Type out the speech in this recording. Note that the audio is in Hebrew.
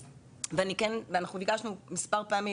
אנחנו ביקשנו מספר פעמים,